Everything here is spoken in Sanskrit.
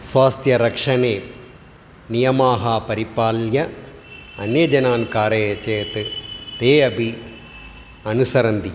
स्वास्थ्यरक्षणे नियमाः परिपाल्य अन्ये जनान् कारयेत् चेत् ते अपि अनुसरन्ति